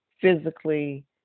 physically